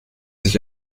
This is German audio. sich